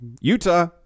Utah